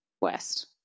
west